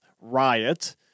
riot